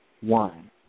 One